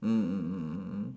mm mm mm mm mm